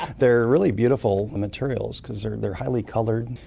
they're really beautiful materials because they're they're highly coloured.